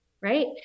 right